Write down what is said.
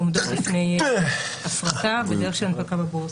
ושעומדות בפני הפרטה בדרך של הנפקה בבורסה.